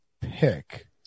pick